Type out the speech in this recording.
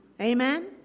Amen